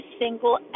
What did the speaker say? single